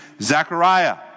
Zachariah